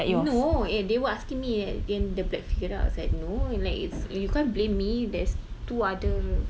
no eh they were asking me black figure then I was like no like it's you can't blame me there's two other